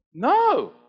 No